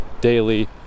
daily